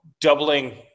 doubling